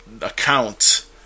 account